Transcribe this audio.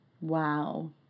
Wow